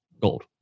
gold